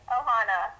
Ohana